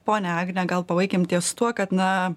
ponia agne gal pabaikim ties tuo kad na